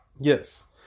Yes